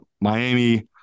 Miami